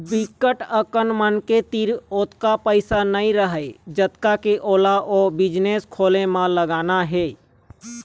बिकट अकन मनखे तीर ओतका पइसा नइ रहय जतका के ओला ओ बिजनेस खोले म लगाना हे